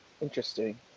Interesting